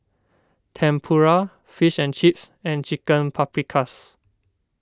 Tempura Fish and Chips and Chicken Paprikas